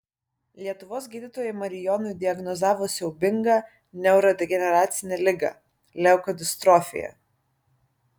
lietuvos gydytojai marijonui diagnozavo siaubingą neurodegeneracinę ligą leukodistrofija